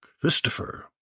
Christopher